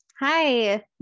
Hi